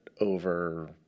over